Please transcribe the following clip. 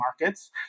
markets